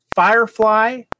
firefly